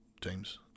teams